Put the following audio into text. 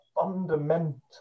fundamental